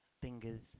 fingers